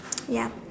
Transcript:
ya